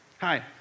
Hi